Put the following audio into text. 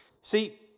See